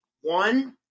one